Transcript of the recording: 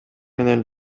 менен